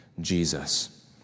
Jesus